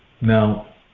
Now